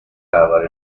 tower